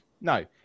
No